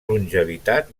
longevitat